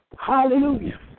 Hallelujah